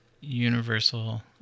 Universal